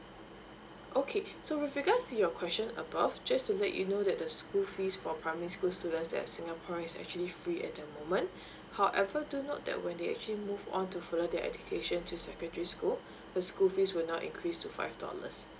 okay so with regards your question above just to let you know that the school fees from primary school students that singaporeans actually free at the moment however took note that when they actually move on to further their education to secondary school the school fees will not increase to five dollars